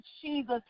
Jesus